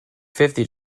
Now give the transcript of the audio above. fifty